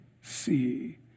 see